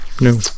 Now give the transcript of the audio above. No